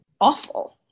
awful